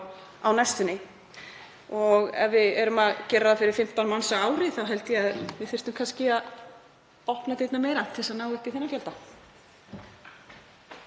næstunni. Ef við gerum ráð fyrir 15 manns á ári þá held ég að við þyrftum kannski að opna dyrnar meira til þess að ná upp í þann fjölda.